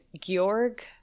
Georg